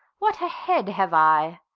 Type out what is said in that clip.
what a head have i!